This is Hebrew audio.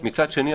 מצד שני,